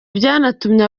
byanatumye